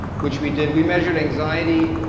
which we did. we measured anxiety,